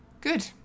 Good